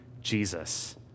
Jesus